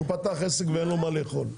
או שהוא פתח עסק ואין לו מה לאכול.